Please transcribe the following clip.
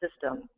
system